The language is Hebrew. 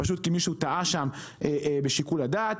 פשוט מכיוון שמישהו טעה בשיקול הדעת.